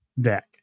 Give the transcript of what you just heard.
deck